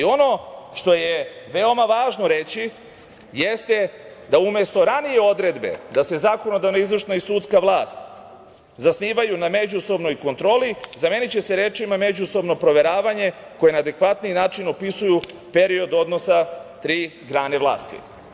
Ono što je veoma važno reći jeste da umesto ranije odredbe da se zakonodavna, izvršna i sudska vlast zasnivaju na međusobnoj kontroli, zameniće se rečima „međusobno proveravanje“ koje na adekvatniji način opisuju period odnosa tri grane vlasti.